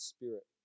Spirit